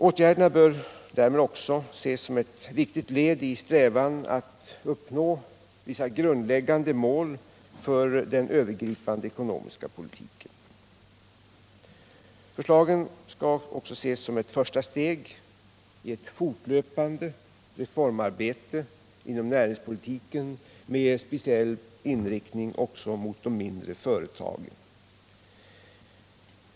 Åtgärderna bör därmed ses som ett viktigt led i strävan att uppnå vissa grundläggande mål för den övergripande ekonomiska politiken. Förslagen skall också ses som ett första steg i ett fortlöpande reformarbete inom näringspolitiken med speciell inriktning mot de mindre företagen.